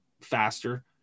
faster